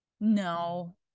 no